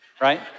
right